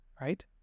right